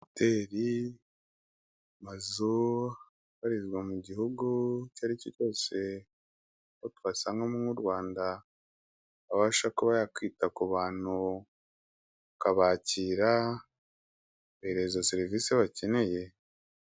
Hoteri, amazu ibarizwa mu gihugu icyo ari cyo cyose, aho twasangamo nk'u Rwanda abasha kuba yakwita ku bantu, ukabakira ukabahereza serivisi bakeneye.